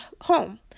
home